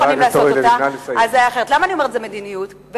חברת הכנסת אורלי לוי, נא לסיים.